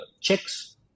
checks